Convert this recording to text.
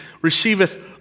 receiveth